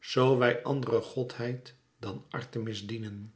zoo wij andere godheid dan artemis dienen